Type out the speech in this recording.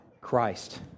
Christ